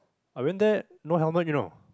I went there no helmet you know